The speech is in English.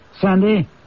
Sandy